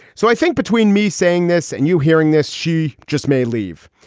so i think between me saying this and you hearing this, she just may leave.